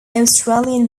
australian